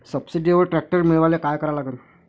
सबसिडीवर ट्रॅक्टर मिळवायले का करा लागन?